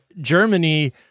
Germany